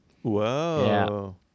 Whoa